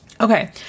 Okay